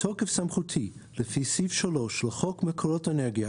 בתוקף סמכותי לפי סעיף 3 לחוק מקורות אנרגיה,